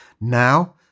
Now